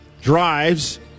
Drives